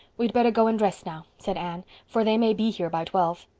we'd better go and dress now, said anne, for they may be here by twelve.